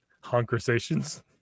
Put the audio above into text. Conversations